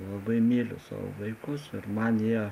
labai myliu savo vaikus ir man jie